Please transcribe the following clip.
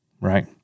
right